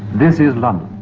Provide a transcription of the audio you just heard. this is london.